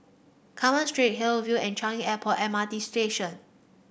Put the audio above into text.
Carmen Street Hill view and Changi Airport M R T Station